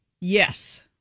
Yes